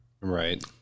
Right